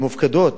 הן מופקדות